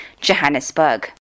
Johannesburg